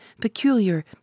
peculiar